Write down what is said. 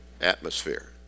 atmosphere